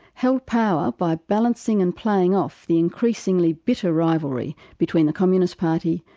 held power by balancing and playing off the increasingly bitter rivalry between the communist party,